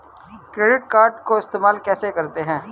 Credit card को इस्तेमाल कैसे करते हैं?